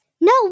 No